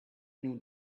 new